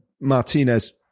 Martinez